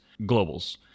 globals